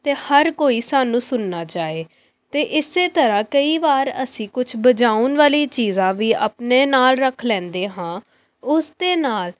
ਅਤੇ ਹਰ ਕੋਈ ਸਾਨੂੰ ਸੁਣਨਾ ਚਾਹੇ ਤਾਂ ਇਸ ਤਰ੍ਹਾਂ ਕਈ ਵਾਰ ਅਸੀਂ ਕੁਛ ਵਜਾਉਣ ਵਾਲੀ ਚੀਜ਼ਾਂ ਵੀ ਆਪਣੇ ਨਾਲ ਰੱਖ ਲੈਂਦੇ ਹਾਂ ਉਸਦੇ ਨਾਲ